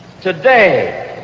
Today